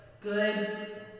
good